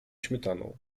śmietaną